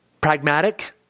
pragmatic